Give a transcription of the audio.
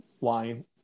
line